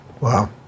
Wow